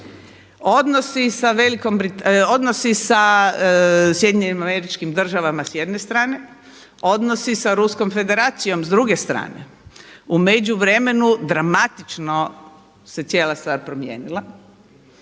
Odnosi sa Sjedinjenim Američkim Državama sa jedne strane, odnosi sa Ruskom Federacijom s druge strane, u međuvremenu dramatično se cijela stvar promijenila.